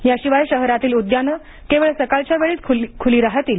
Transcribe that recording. याशिवाय शहरातील उद्यानं केवळ सकाळच्या वेळीच खुली राहतील